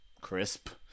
crisp